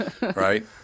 right